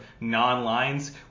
non-lines